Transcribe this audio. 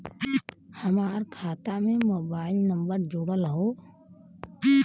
हमार खाता में मोबाइल नम्बर जुड़ल हो?